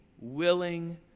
willing